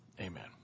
amen